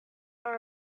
are